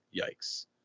yikes